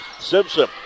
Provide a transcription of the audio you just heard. Simpson